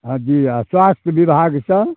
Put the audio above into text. हँ जी आओर स्वास्थ्य विभागसँ